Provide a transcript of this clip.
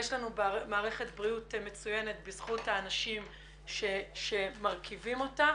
יש לנו מערכת בריאות מצוינת בזכות האנשים שמרכיבים אותה.